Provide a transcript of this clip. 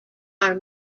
are